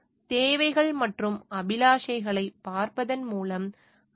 மேலும் தேவைகள் மற்றும் அபிலாஷைகளைப் பார்ப்பதன் மூலம்